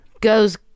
Goes